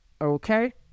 Okay